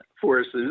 Forces